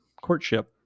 courtship